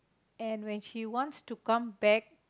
and when she wants to come back